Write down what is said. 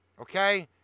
Okay